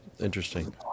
interesting